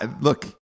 Look